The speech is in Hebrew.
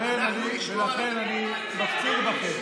לכן אני מפציר בכם: